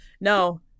no